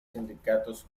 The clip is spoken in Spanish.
sindicatos